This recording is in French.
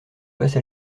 basse